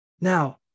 Now